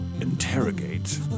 interrogate